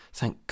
Thank